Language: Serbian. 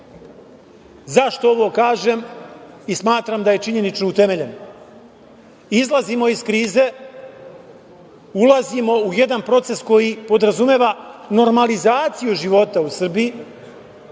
Zašto ovo kažem i smatram da je činjenično utemeljeno? Izlazimo iz krize, ulazimo u jedan proces koji podrazumeva normalizaciju života u Srbiji,